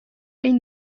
این